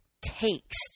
takes